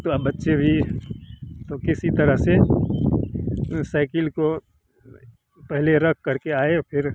तो अब बच्चे भी तो किसी तरह से साइकिल को पहले रख करके आए फिर